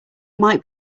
might